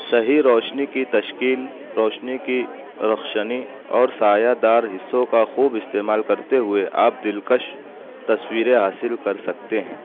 صحیح روشنی کی تشکیل روشنی کی رخشنی اور سایہ دار حصوں کا خوب استعمال کرتے ہوئے آپ دل کش تصوریں حاصل کر سکتے ہیں